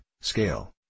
Scale